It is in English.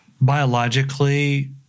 biologically